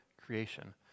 creation